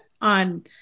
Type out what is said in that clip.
On